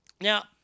Now